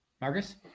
Marcus